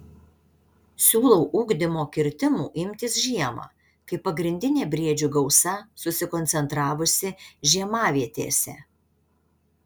siūlau ugdymo kirtimų imtis žiemą kai pagrindinė briedžių gausa susikoncentravusi žiemavietėse